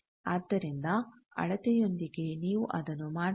ಆದ್ದರಿಂದ ಅಳತೆಯೊಂದಿಗೆ ನೀವು ಅದನ್ನು ಮಾಡಬಹುದು